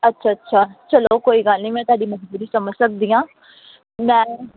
ਅੱਛਾ ਅੱਛਾ ਚਲੋ ਕੋਈ ਗੱਲ ਨਹੀਂ ਮੈਂ ਤੁਹਾਡੀ ਮਜਬੂਰੀ ਸਮਝ ਸਕਦੀ ਹਾਂ ਮੈਂ